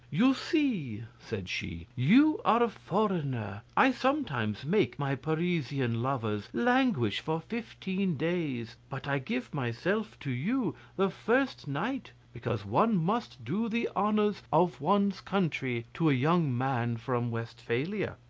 you see, said she, you are a foreigner. i sometimes make my parisian lovers languish for fifteen days, but i give myself to you the first night because one must do the honours of one's country to a young man from westphalia.